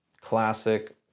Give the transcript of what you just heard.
classic